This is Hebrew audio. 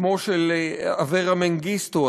שמו של אברה מנגיסטו,